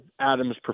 Adam's